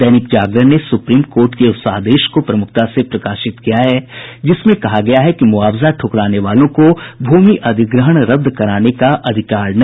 दैनिक जागरण ने supreme court के उस आदेश को प्रमुखता से प्रकाशित किया है जिसमें कहा गया है कि मुआवजा ठुकराने वालों को भूमि अधिग्रहण रद्द कराने का अधिकार नहीं